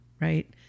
right